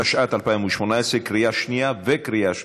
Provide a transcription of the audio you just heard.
התשע"ט 2018, קריאה שנייה וקריאה שלישית.